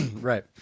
right